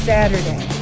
Saturday